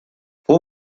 fue